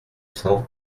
cents